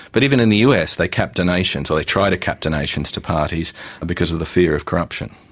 but even in the us they cap donations or they try to cap donations to parties because of the fear of corruption.